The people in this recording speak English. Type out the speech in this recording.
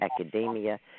academia